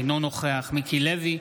אינו נוכח מיקי לוי,